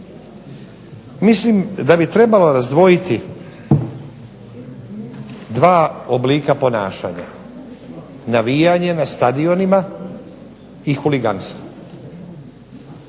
Mislim da bi trebalo razdvojiti dva oblika ponašanja, navijanje na stadionima i huliganstvo.